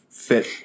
fit